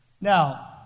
Now